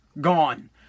gone